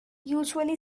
usually